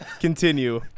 continue